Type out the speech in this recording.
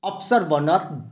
अफसर बनत